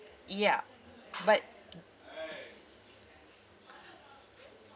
ya but